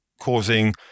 causing